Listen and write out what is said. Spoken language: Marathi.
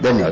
धन्यवाद